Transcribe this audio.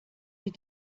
sie